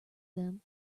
them